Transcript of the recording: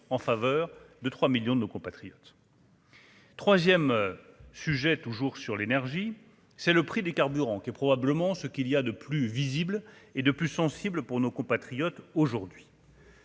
en faveur de 3 millions de nos compatriotes. 3ème sujet toujours sur l'énergie, c'est le prix des carburants qui est probablement ce qu'il y a de plus visible et de plus sensible pour nos compatriotes aujourd'hui.